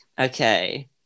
okay